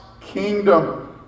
kingdom